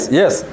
yes